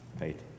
right